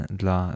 dla